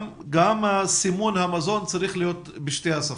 גם סימון המזון צריך להיות בשתי שפות: